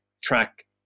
track